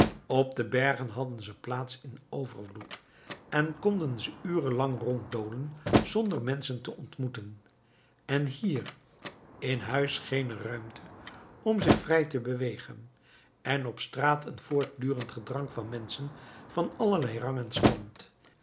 op de bergen hadden ze plaats in overvloed en konden ze uren lang ronddolen zonder menschen te ontmoeten en hier in huis geene ruimte om zich vrij te bewegen en op straat een voortdurend gedrang van menschen van allerlei rang en stand